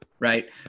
Right